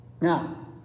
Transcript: Now